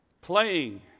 playing